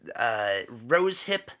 rosehip